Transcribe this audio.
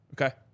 Okay